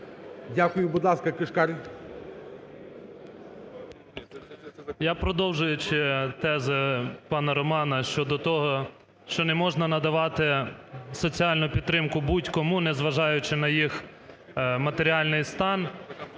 Дякую. Будь ласка, Кишкар.